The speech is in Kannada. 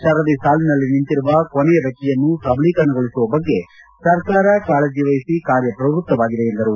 ಸರದಿ ಸಾಲಿನಲ್ಲಿ ನಿಂತಿರುವ ಕೊನೆಯ ವ್ಯಕ್ತಿಯ ಸಬಲೀಕರಣಗೊಳಿಸುವ ಬಗ್ಗೆ ಸರ್ಕಾರ ಕಾಳಜೆವಹಿಸಿ ಕಾರ್ಯಪ್ರವೃತ್ತವಾಗಿದೆ ಎಂದರು